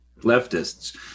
leftists